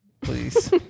Please